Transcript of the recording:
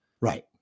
Right